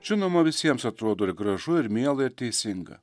žinoma visiems atrodo ir gražu ir miela ir teisinga